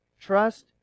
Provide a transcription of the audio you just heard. Trust